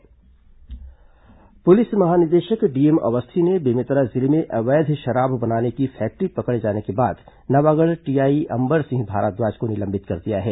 DGP कार्रवाई police महानिदेशक DM Awasthi ने बेमेतरा जिले में अवैध शराब बनाने की फैक्ट्री पकड़े जाने के बाद नवागढ़ टीआई अंबर सिंह भारद्वाज को निलंबित कर दिया है